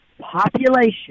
population